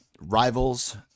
rivals